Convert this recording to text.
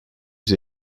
yüz